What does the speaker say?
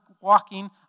walking